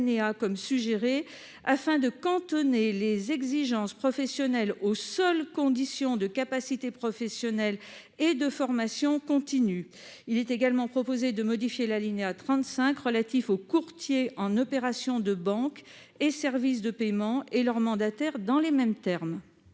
comme suggéré afin de cantonner les exigences professionnelles aux seules conditions de capacité professionnelle et de formation continue. Il est également proposé de modifier l'alinéa 35 relatif aux courtiers en opérations de banque et services de paiement, ainsi qu'à leurs mandataires, dans les mêmes termes.